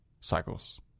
cycles